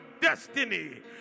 destiny